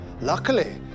Luckily